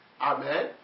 Amen